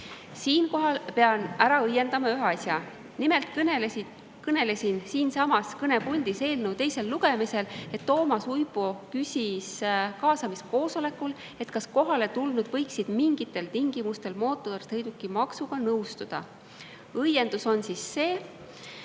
pean ära õiendama ühe asja. Nimelt ütlesin ma siinsamas kõnepuldis eelnõu teisel lugemisel, et Toomas Uibo küsis kaasamiskoosolekul, kas kohaletulnud võiksid mingitel tingimustel mootorsõidukimaksuga nõustuda. Õiendus on see,